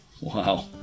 Wow